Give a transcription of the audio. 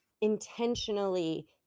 intentionally